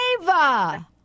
Ava